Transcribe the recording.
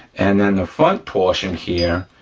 and then the front portion here,